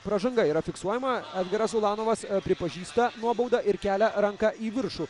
pražanga yra fiksuojama edgaras ulanovas pripažįsta nuobaudą ir kelia ranką į viršų